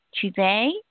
Today